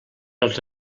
els